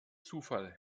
zufall